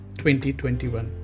2021